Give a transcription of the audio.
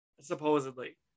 supposedly